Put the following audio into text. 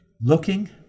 looking